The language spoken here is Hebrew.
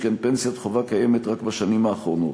שכן פנסיית חובה קיימת רק בשנים האחרונות.